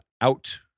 out